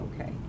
okay